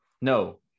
No